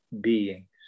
beings